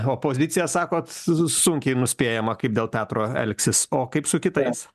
opozicija sakot kad sunkiai nuspėjama kaip dėl petro elgsis o kaip su kitais